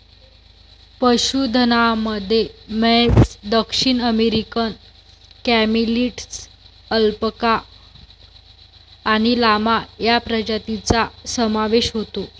पशुधनामध्ये म्हैस, दक्षिण अमेरिकन कॅमेलिड्स, अल्पाका आणि लामा या प्रजातींचा समावेश होतो